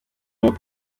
york